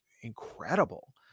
incredible